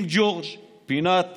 בקינג ג'ורג' פינת